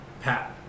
Pat